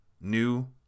New